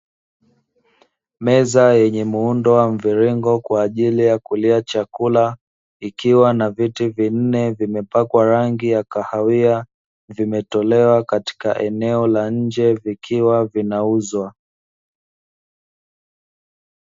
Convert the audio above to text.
Meza yenye muundo wa mviringo kwa ajili ya kulia chakula, ikiwa na viti vinne vimepakwa rangi ya kahawia vimetolewa katika eneo la nje vikiwa vinauzwa.